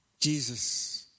Jesus